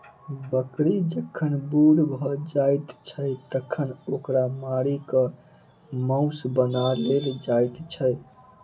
बकरी जखन बूढ़ भ जाइत छै तखन ओकरा मारि क मौस बना लेल जाइत छै